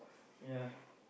ya